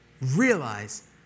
Realize